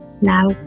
now